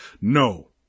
No